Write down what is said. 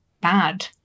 bad